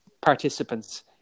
participants